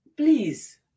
Please